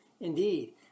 indeed